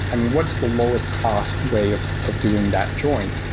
i mean, what's the lowest-cost way of of doing that join?